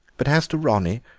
but as to ronnie,